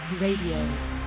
Radio